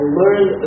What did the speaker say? learn